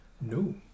No